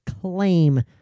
claim